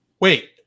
wait